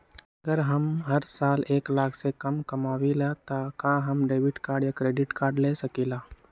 अगर हम हर साल एक लाख से कम कमावईले त का हम डेबिट कार्ड या क्रेडिट कार्ड ले सकीला?